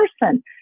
person